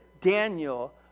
daniel